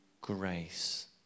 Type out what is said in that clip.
grace